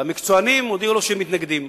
והמקצוענים הודיעו לו שהם מתנגדים.